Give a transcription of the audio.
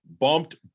bumped